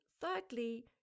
thirdly